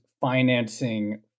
financing